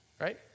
Right